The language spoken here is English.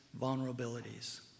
vulnerabilities